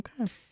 Okay